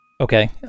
Okay